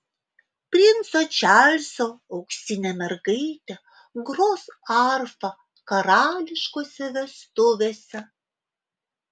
princo čarlzo auksinė mergaitė gros arfa karališkose vestuvėse